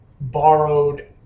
borrowed